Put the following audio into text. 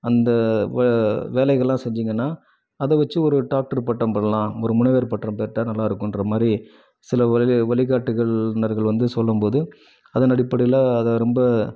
அந்த வ வேலைகள்லாம் செஞ்சிங்கனா அதை வெச்சு ஒரு டாக்டர் பட்டம் பெறலாம் ஒரு முனைவர் பட்டம் பெற்றால் நல்லா இருக்குன்ற மாதிரி சில வழி வழிகாட்டிகள் இன்னர்கள் வந்து சொல்லும்போது அதன் அடிப்படையில் அதை ரொம்ப